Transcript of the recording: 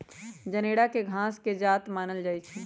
जनेरा के घास के जात मानल जाइ छइ